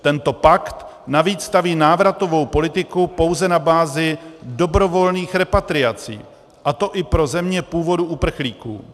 Tento pakt navíc staví návratovou politiku pouze na bázi dobrovolných repatriací, a to i pro země původu uprchlíků.